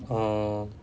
oh